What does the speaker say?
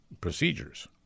procedures